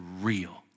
real